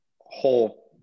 whole